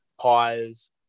pies